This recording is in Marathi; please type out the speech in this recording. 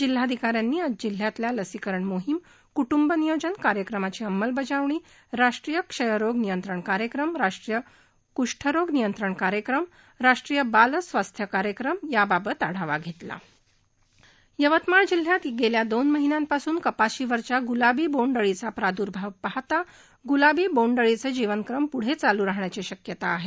जिल्हाधिका यांनी आज जिल्ह्यातील लसीकरण मोहीम कुटुंब नियोजन कार्यक्रमाची अंमलबजावणी राष्ट्रीय क्षयरोग नियंत्रण कार्यक्रम राष्ट्रीय क्षुरोग नियंत्रण कार्यक्रम राष्ट्रीय बाल स्वास्थ कार्यक्रम यवतमाळ जिल्ह्यात गेल्या दोन महिन्यापासून कपाशीवरील गुलाबी बोंड अळीचा प्रादुर्भाव पाहता गुलाबी बोंड अळीचे जीवनक्रम पुढेही चालू राहण्याची शक्यता आहे